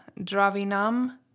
Dravinam